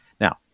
Now